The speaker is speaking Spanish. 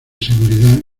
seguridad